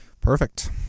Perfect